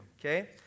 okay